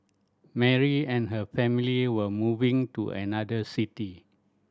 Mary and her family were moving to another city